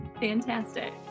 Fantastic